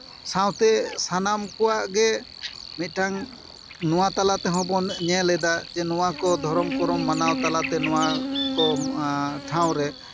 ᱥᱟᱶᱛᱮ ᱥᱟᱱᱟᱢ ᱠᱚᱣᱟᱜ ᱜᱮ ᱢᱤᱫᱴᱟᱱ ᱱᱚᱣᱟ ᱛᱟᱞᱟ ᱛᱮᱦᱚᱸ ᱵᱚᱱ ᱧᱮᱞ ᱮᱫᱟ ᱡᱮ ᱱᱚᱣᱟ ᱠᱚ ᱫᱷᱚᱨᱚᱢ ᱠᱚᱨᱚᱢ ᱢᱟᱱᱟᱣ ᱛᱟᱞᱟᱛᱮ ᱱᱚᱣᱟ ᱠᱚ ᱴᱷᱟᱶ ᱨᱮ